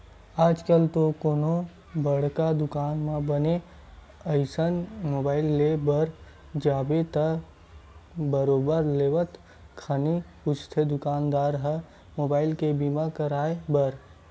आजकल तो कोनो बड़का दुकान म बने असन मुबाइल ले बर जाबे त बरोबर लेवत खानी पूछथे दुकानदार ह मुबाइल के बीमा कराय बर